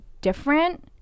different